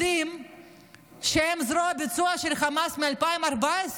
יודעים שהם זרוע הביצוע של חמאס מ-2014.